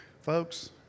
Folks